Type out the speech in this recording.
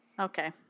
Okay